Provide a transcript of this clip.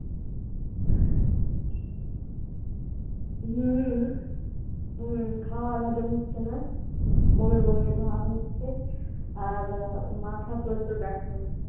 হুম হুম খাওয়ার হজম হচ্ছে না বমি বমি ভাব হচ্ছে আর মাথা প্রচুর ব্যথা করছে